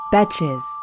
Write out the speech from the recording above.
Betches